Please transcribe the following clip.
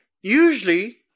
Usually